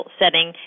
setting